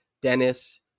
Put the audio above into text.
Dennis